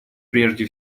прежде